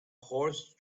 horse